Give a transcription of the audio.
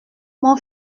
mon